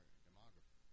demography